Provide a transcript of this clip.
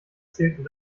zählten